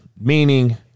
meaning